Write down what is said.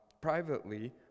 privately